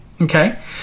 okay